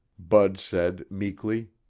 bud said meekly.